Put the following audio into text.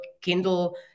Kindle